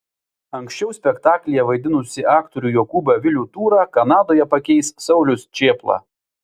anksčiau spektaklyje vaidinusį aktorių jokūbą vilių tūrą kanadoje pakeis saulius čėpla